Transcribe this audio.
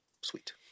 Sweet